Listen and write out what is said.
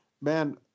Man